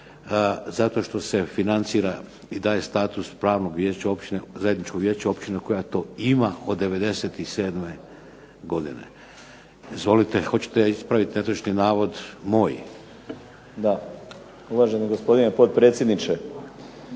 zato što se financira i daje status pravnog zajedničkog vijeća općina koja to ima od 1997. godine. Izvolite. Hoćete ispraviti netočan navod moj? **Burić, Dinko (HDSSB)** Da. Uvaženi gospodine potpredsjedniče.